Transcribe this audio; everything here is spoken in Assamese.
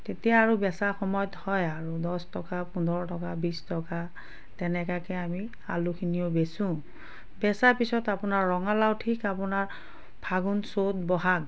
তেতিয়া আৰু বেচা সময়ত হয় আৰু দহ টকা পোন্ধৰ টকা বিছ টকা তেনেকুৱাকৈ আমি আলুখিনিও বেচোঁ বেচাৰ পিছত আপোনাৰ ৰঙালাও ঠিক আপোনাৰ ফাগুণ চ'ত বহাগ